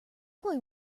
going